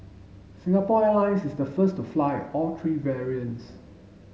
Singapore Airlines is the first to fly all three variants